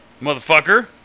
motherfucker